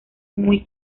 muy